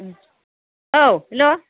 औ हेल'